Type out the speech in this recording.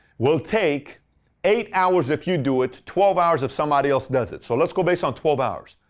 will take eight hours if you do it, twelve hours if somebody else does it. so let's go based on twelve hours.